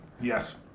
Yes